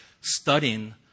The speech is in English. studying